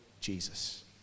Jesus